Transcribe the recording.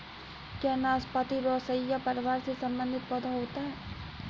क्या नाशपाती रोसैसी परिवार से संबंधित पौधा होता है?